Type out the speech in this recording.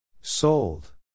Sold